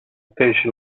station